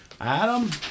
Adam